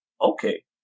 okay